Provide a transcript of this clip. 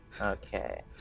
Okay